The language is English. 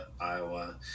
iowa